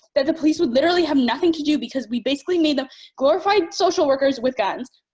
that the police would literally have nothing to do because we basically made them glorified social workers with guns.